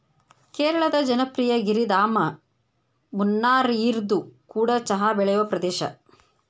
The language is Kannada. ಕೇರಳದ ಜನಪ್ರಿಯ ಗಿರಿಧಾಮ ಮುನ್ನಾರ್ಇದು ಕೂಡ ಚಹಾ ಬೆಳೆಯುವ ಪ್ರದೇಶ